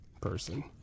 person